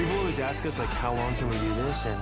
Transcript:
always ask us, like, how long can we do this? and